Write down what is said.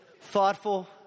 thoughtful